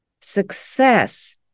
success